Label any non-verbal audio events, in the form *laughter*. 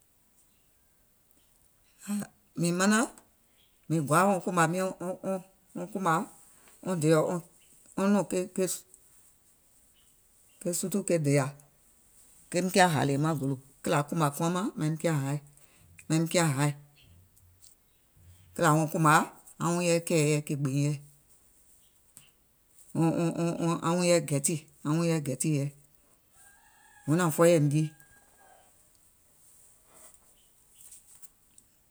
Mìŋ manaŋ mìŋ gɔaà wɔŋ kùmà miɔ̀ŋ, ɔŋ ɔŋ wɔŋ kùmàa, dèèɔ nɔ̀ŋ ke ke ke *unintelligible* ke sutù ke dèyà keim kià hàlèè maŋ gòlò kìlà kùmà kuaŋ màŋ maim kiȧ haì, maim kià haì, kìlà wɔŋ kumȧa aŋ wuŋ yɛi kɛ̀ɛ̀ yɛi ke gbèìŋ yɛi, ɔŋ ɔŋ ɔŋ aŋ wuŋ yɛi gɛtì aŋ wuŋ yɛi gɛtì yɛi, wɔŋ nàŋ fɔɔyìm jii.